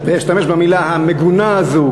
ואשתמש במילה המגונה הזאת,